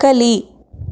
ಕಲಿ